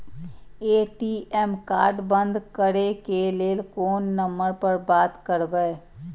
ATM card बंद करे के लेल कोन नंबर पर बात करबे?